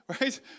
right